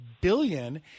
billion